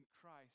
Christ